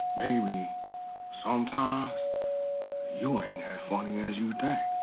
maybe sometimes you ain't as funny as you think.